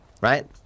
right